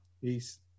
Peace